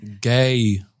Gay